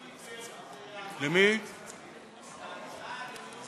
אולי תהפוך את זה לניהול עיוור,